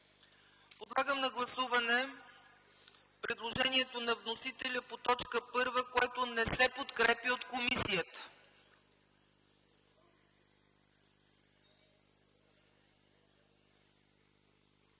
Подлагам на гласуване предложението на вносителя по т. 1, което не се подкрепя от комисията.